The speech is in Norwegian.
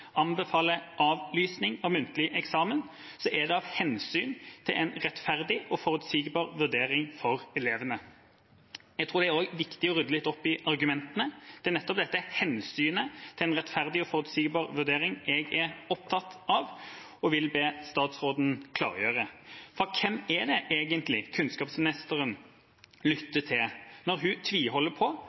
avlysning av muntlig eksamen, er det av hensyn til en rettferdig og forutsigbar vurdering for elevene. Jeg tror det også er viktig å rydde litt opp i argumentene. Det er nettopp dette hensynet til en rettferdig og forutsigbar vurdering jeg er opptatt av, og jeg vil be statsråden klargjøre: Hvem er det egentlig kunnskapsministeren lytter til når hun tviholder på